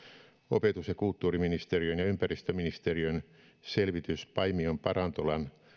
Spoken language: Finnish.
opetus ja kulttuuriministeriön ja ja ympäristöministeriön selvitys paimion parantolan